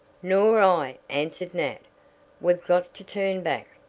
nor i, answered nat we've got to turn back.